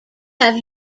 have